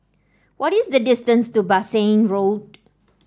what is the distance to Bassein Road